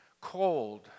cold